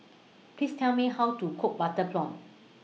Please Tell Me How to Cook Butter Prawn